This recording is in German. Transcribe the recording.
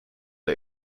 der